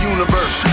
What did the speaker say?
Universe